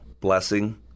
blessing